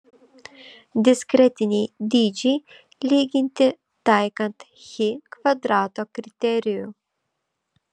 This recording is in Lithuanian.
diskretiniai dydžiai lyginti taikant chi kvadrato kriterijų